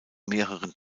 mehreren